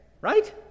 right